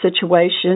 situation